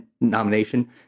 nomination